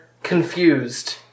confused